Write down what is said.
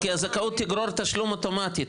כי הזכאות תגרור תשלום אוטומטי,